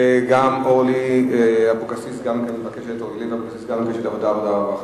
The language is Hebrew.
וגם אורלי אבקסיס מבקשת את ועדת העבודה והרווחה.